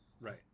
Right